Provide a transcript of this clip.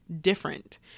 different